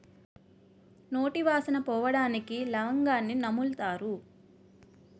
నోటి వాసన పోవడానికి లవంగాన్ని నములుతారు